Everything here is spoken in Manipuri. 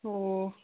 ꯑꯣ